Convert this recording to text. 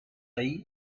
ahí